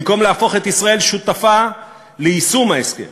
במקום להפוך את ישראל לשותפה ליישום ההסכם